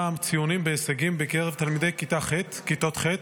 הציונים וההישגים בקרב תלמידי כיתות ח'